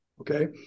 okay